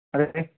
അതേ